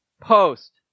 post